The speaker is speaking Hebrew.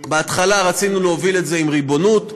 בהתחלה רצינו להוביל את זה עם ריבונות,